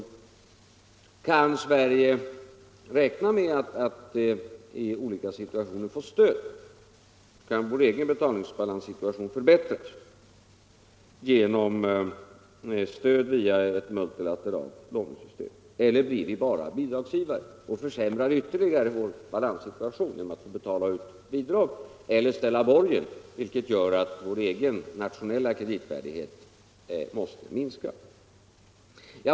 Kan Sverige räkna med att i olika, situationer få stöd? Kan vår egen betalningsbalanssituation förbättras genom stöd via ett multilateralt lånesystem eller blir vi bara bidragsgivare? Kommer vi att ytterligare försämra vår betalningsbalanssituation genom att betala ut bidrag eller ställa borgen, vilket gör att vår egen nationella kreditvärdighet måste minska?